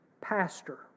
Pastor